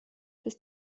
bis